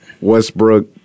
Westbrook